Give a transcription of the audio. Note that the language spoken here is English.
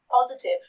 positive